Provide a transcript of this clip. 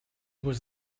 was